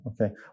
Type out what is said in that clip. Okay